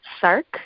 Sark